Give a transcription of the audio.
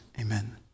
Amen